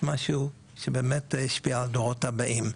משהו שבאמת ישפיע על הדורות הבאים.